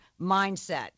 mindset